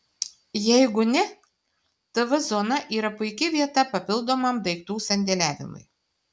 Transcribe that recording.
jeigu ne tv zona yra puiki vieta papildomam daiktų sandėliavimui